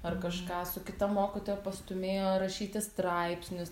ar kažką su kita mokytoja pastūmėjo rašyti straipsnius